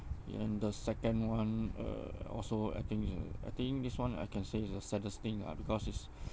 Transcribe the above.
and the second one uh also I think is a I think this one I can say it's the saddest thing ah because it's